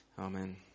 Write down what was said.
Amen